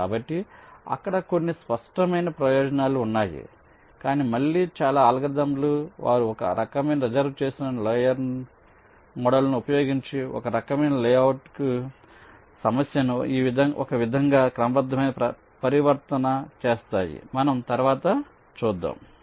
కాబట్టి అక్కడ కొన్ని స్పష్టమైన ప్రయోజనాలు ఉన్నాయి కానీ మళ్ళీ చాలా అల్గోరిథంలు వారు ఒక రకమైన రిజర్వు చేసిన లేయర్ మోడల్ను ఉపయోగించే ఒక రకమైన లేఅవుట్కు సమస్యను ఒక విధమైన క్రమబద్ధమైన పరివర్తన చేస్తాయి మనం తరువాత చూద్దాం